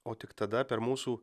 o tik tada per mūsų